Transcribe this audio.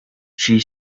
she